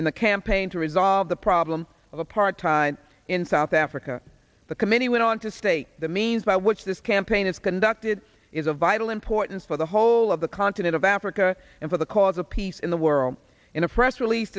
in the campaign to resolve the problem of apartheid in south africa the committee went on to state the means by which this campaign is conducted is of vital importance for the whole of the continent of africa and for the cause of peace in the world in a press rel